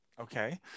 Okay